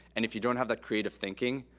and if you don't have that creative thinking,